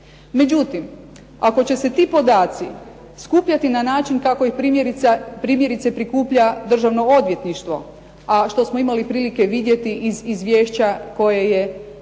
Međutim, ako će se ti podaci skupljati na način kako ih primjerice prikuplja Državno odvjetništvo, a što smo imali prilike vidjeti iz izvješća koje je bilo